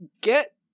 get